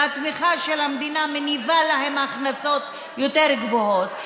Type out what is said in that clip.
והתמיכה של המדינה מניבה להן הכנסות יותר גבוהות,